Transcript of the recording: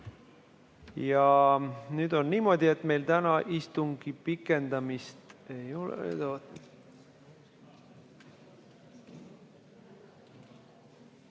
Nüüd on niimoodi, et meil täna istungi pikendamist ei ole.